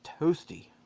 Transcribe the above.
toasty